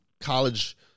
college